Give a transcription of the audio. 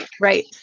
Right